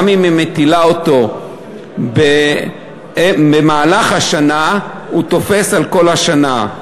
גם אם היא מטילה אותו במהלך השנה הוא תופס על כל השנה.